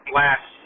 last